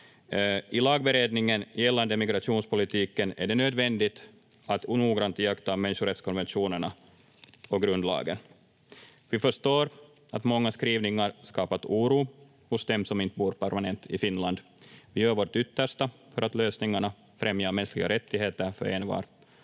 I lagberedningen gällande migrationspolitiken är det nödvändigt att noggrant iaktta människorättskonventionerna och grundlagen. Vi förstår att många skrivningar skapat oro hos dem som inte bor permanent i Finland. Vi gör vårt yttersta för att lösningarna främjar mänskliga rättigheter för envar.